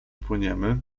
płyniemy